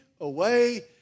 away